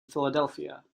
philadelphia